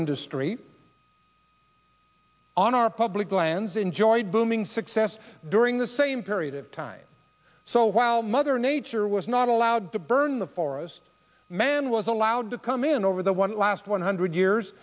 industry on our public lands enjoyed booming success during the same period of time so while mother nature was not allowed to burn the forest man was allowed to come in over the one last one hundred years